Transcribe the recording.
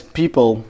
people